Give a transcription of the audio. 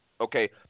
Okay